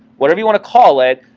whatever you want to call it,